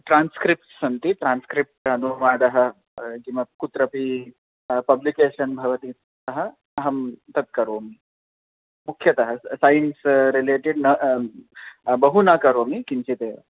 transcript सन्ति transcript अनुवादः किम् कुत्रापि पब्लिकेशन् भवति सः अहं तत् करोमि मुख्यतः सैन्स् रिलेटेड् न बहु न करोमि किञ्चित् एव